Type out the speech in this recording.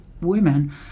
women